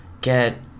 get